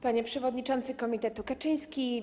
Panie Przewodniczący Komitetu Kaczyński!